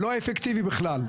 לא אפקטיבי בכלל.